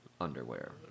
underwear